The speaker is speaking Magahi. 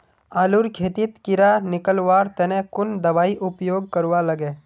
आलूर खेतीत कीड़ा निकलवार तने कुन दबाई उपयोग करवा लगे?